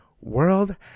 World